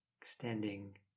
extending